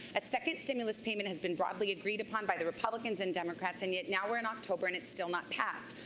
a second stimulus payment has been broadly agreed upon by the republicans and democrats and yet now we're in october and it's still not passed.